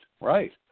right